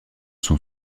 son